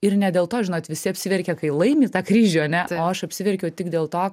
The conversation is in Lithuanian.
ir ne dėl to žinot visi apsiverkia kai laimi tą kryžių ane o aš apsiverkiau tik dėl to